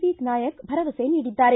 V ನಾಯಕ ಭರವಸೆ ನೀಡಿದ್ದಾರೆ